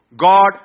God